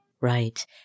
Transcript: Right